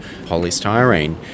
polystyrene